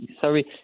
sorry